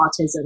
autism